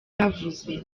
bavuze